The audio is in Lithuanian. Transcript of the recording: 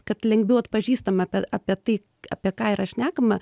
kad lengviau atpažįstame apie tai apie ką yra šnekama